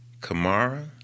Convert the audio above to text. Kamara